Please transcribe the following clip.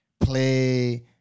play